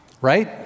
right